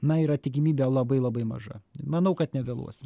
na yra tikimybė labai labai maža manau kad nevėluosim